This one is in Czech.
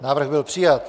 Návrh byl přijat.